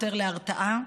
יותר להרתעה,